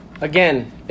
Again